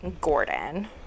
gordon